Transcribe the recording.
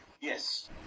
Yes